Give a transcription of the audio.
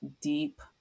deep